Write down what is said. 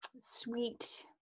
sweet